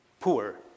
poor